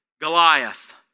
Goliath